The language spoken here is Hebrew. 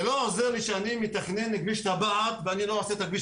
זה לא עוזר לי שאני מתכנן את כביש טבעת ואני לא עושה אותו.